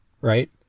Right